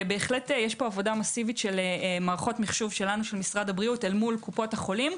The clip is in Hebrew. יש פה עבודה מסיבית של מערכות מחשוב של משרד הבריאות מול קופות החולים,